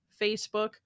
Facebook